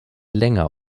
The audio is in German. länger